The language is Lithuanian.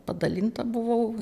padalinta buvau